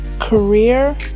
career